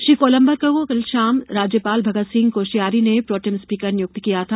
श्री कोलम्बकर को कल शाम राज्यपाल भगतसिंह कोश्यारी ने प्रोटेम स्पीकर नियुक्त किया था